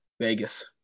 Vegas